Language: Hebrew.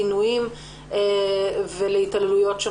לעינויים ולהתעללויות.